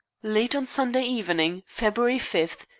late on sunday evening, february five,